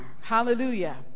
Hallelujah